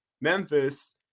Memphis